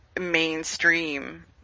mainstream